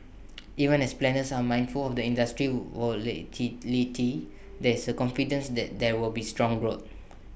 even as planners are mindful of the industry's volatility there is confidence that there will be strong growth